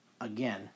again